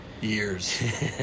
years